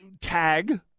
tag